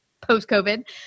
post-COVID